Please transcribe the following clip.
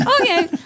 Okay